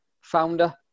founder